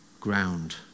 ground